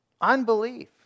unbelief